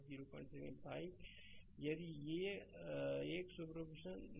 slide समय देखें 3012 यदि एक सुपरपोजिशन लागू करें i1 i2 i3 यह 05 1 075 075 एम्पीयर है